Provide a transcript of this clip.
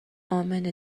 امنه